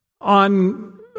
on